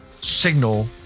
signal